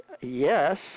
yes